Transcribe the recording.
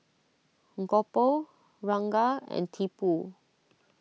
Gopal Ranga and Tipu